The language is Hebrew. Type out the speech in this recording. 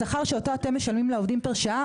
השכר שאותו אתם משלמים לעובדים פר שעה